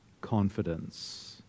confidence